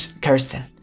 Kirsten